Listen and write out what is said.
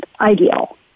ideal